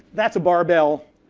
that's a barbell.